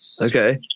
Okay